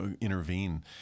intervene